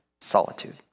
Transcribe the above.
solitude